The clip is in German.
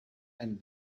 ein